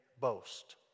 boast